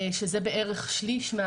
שזה בערך שליש.